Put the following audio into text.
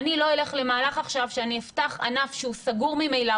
אני לא אלך למהלך עכשיו שאני אפתח ענף שהוא סגור ממילא,